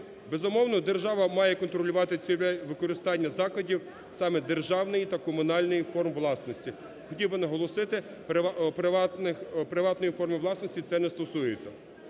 Безумовно, держава має контролювати цільове використання закладів саме державної та комунальної форм власності. Хотів би наголосити, приватної форми власності це не стосується.